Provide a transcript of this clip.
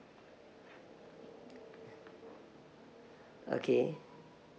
okay